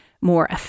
more